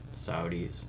Saudis